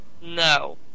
No